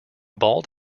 bald